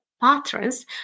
patterns